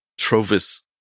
Trovis